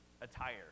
attire